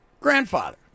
grandfather